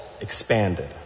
expanded